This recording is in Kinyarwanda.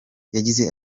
yagize